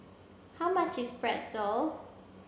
how much is Pretzel